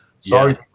Sorry